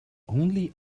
only